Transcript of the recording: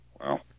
Wow